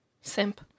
simp